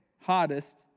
hardest